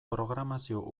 programazio